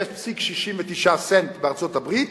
0.69 סנט בארצות-הברית